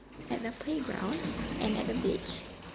at the playground and at the beach